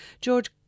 George